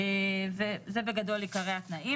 זה בגדול עיקרי התנאים,